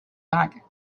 back